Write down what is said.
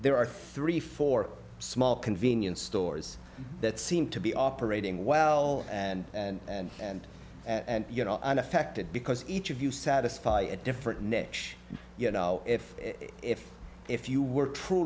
there are three four small convenience stores that seem to be operating well and and and and and you know unaffected because each of you satisfy a different next you know if if if you w